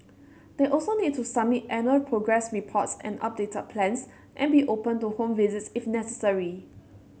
they also need to submit annual progress reports and updated plans and be open to home visits if necessary